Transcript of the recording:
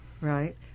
right